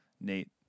Nate